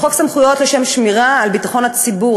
בחוק סמכויות לשם שמירה על ביטחון הציבור,